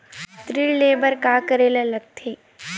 ऋण ले बर का करे ला लगथे?